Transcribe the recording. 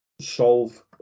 solve